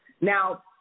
Now